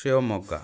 Shivamogga